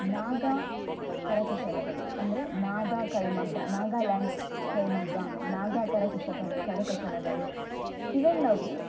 ನಾಗಾ ಕರಕುಶಲಗಳು ಅಂದರೆ ನಾಗಾ ಕೈಮಗ್ಗ ನಾಗಾಲ್ಯಾಂಡ್ ಕೈಮಗ್ಗ ನಾಗಾ ಕರಕುಶಗಳ ಕರಕುಶಲಗಳು ಇವೆಲ್ಲವೂ